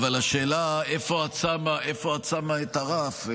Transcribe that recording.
אבל השאלה איפה את שמה את הרף.